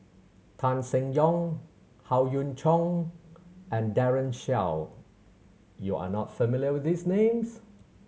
Tan Seng Yong Howe Yoon Chong and Daren Shiau you are not familiar with these names